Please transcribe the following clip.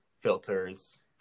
filters